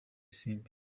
isimbi